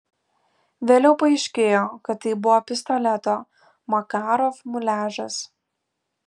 vėliau paaiškėjo kad tai buvo pistoleto makarov muliažas